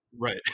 Right